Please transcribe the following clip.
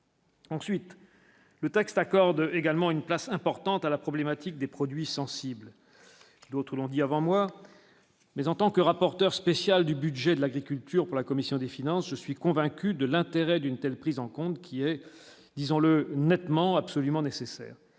Ensuite, le texte accorde également une place importante à la problématique des produits sensibles, d'autres l'ont dit avant moi, mais en tant que rapporteur spécial du budget de l'agriculture pour la commission des finances, je suis convaincu de l'intérêt d'une telle prise en compte qui est, disons-le nettement, absolument nécessaire,